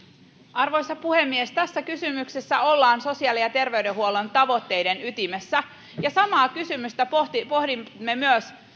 arvoisa puhemies tässä kysymyksessä ollaan sosiaali ja terveydenhuollon tavoitteiden ytimessä samaa kysymystä pohdimme pohdimme nyt myös